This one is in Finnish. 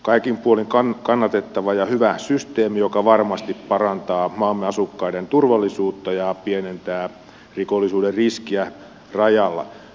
kaikin puolin kannatettava ja hyvä systeemi joka varmasti parantaa maamme asukkaiden turvallisuutta ja pienentää rikollisuuden riskiä rajalla